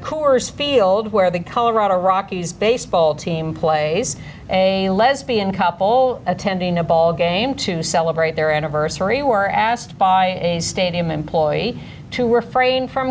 coors field where the colorado rockies baseball team plays a lesbian couple attending a ballgame to celebrate their anniversary were asked by a stadium employee to refrain from